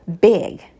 big